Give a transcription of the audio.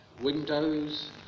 windows